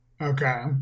Okay